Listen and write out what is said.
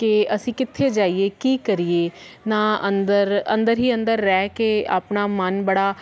ਕਿ ਅਸੀਂ ਕਿੱਥੇ ਜਾਈਏ ਕੀ ਕਰੀਏ ਨਾ ਅੰਦਰ ਅੰਦਰ ਹੀ ਅੰਦਰ ਰਹਿ ਕੇ ਆਪਣਾ ਮਨ ਬੜਾ